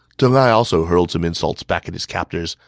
deng ai also hurled some insults back at his captors,